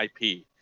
IP